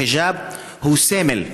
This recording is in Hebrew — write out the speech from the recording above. החיג'אב הוא סמל,